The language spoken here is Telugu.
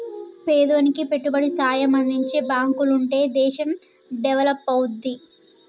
పేదోనికి పెట్టుబడి సాయం అందించే బాంకులుంటనే దేశం డెవలపవుద్ది